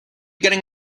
getting